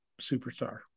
Superstar